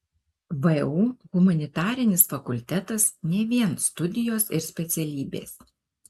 vu humanitarinis fakultetas ne vien studijos ir specialybės